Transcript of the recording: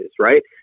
right